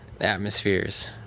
atmospheres